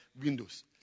windows